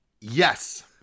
yes